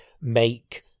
make